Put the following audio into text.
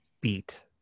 beat